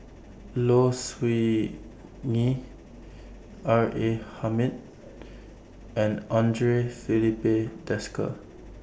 Low Siew Nghee R A Hamid and Andre Filipe Desker